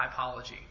typology